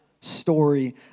story